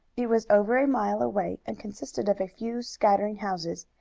it was over a mile away, and consisted of a few scattering houses,